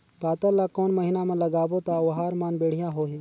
पातल ला कोन महीना मा लगाबो ता ओहार मान बेडिया होही?